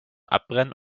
abbrennen